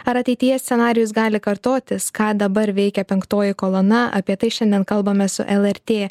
ar ateityje scenarijus gali kartotis ką dabar veikia penktoji kolona apie tai šiandien kalbame su lrt